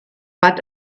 but